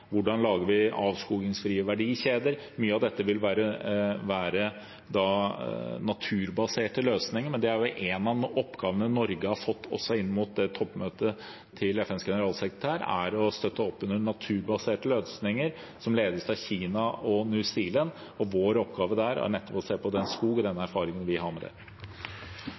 hvordan vi lager avskogingsfrie verdikjeder. Mye av dette vil være naturbaserte løsninger, og det er en av oppgavene Norge har fått inn mot toppmøtet til FNs generalsekretær – å støtte opp under naturbaserte løsninger, et arbeid som ledes av Kina og New Zealand. Vår oppgave der er nettopp å se på skog og de erfaringene vi har med det.